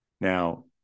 Now